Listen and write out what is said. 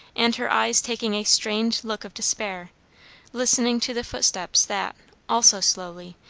and her eyes taking a strained look of despair listening to the footsteps that, also slowly,